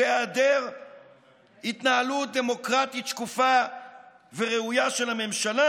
זה היעדר התנהלות דמוקרטית שקופה וראויה של הממשלה.